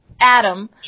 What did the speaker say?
Adam